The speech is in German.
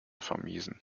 vermiesen